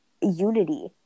unity